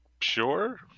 sure